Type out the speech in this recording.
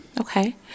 Okay